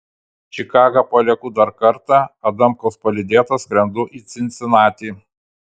čikagą palieku dar kartą adamkaus palydėta skrendu į cincinatį